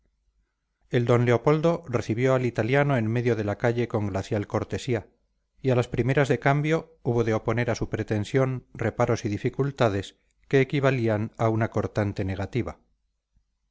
el d leopoldo recibió al italiano en medio de la calle con glacial cortesía y a las primeras de cambio hubo de oponer a su pretensión reparos y dificultades que equivalían a una cortante negativa